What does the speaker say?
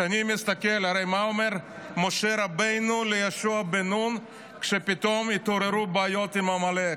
הרי מה אומר משה רבנו ליהושע בן נון כשפתאום התעוררו בעיות עם עמלק,